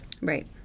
Right